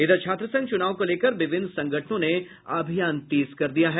इधर छात्र संघ चुनाव को लेकर विभिन्न संगठनों ने अभियान तेज कर दिया है